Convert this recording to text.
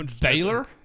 Baylor